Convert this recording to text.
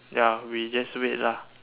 ya we just wait lah